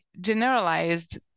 generalized